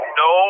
no